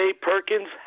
Perkins